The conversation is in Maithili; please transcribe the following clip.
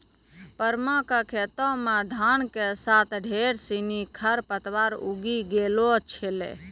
परमा कॅ खेतो मॅ धान के साथॅ ढेर सिनि खर पतवार उगी गेलो छेलै